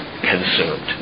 consumed